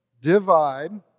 divide